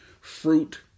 fruit